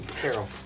Carol